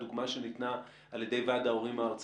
הדוגמה שניתנה על ידי ועד ההורים הארצי,